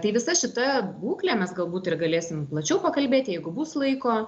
tai visa šita būklė mes galbūt ir galėsim plačiau pakalbėti jeigu bus laiko